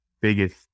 biggest